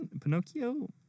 Pinocchio